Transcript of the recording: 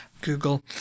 Google